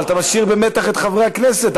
לא, אבל אתה משאיר במתח את חברי הכנסת.